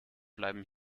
bleiben